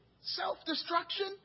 self-destruction